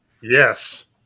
Yes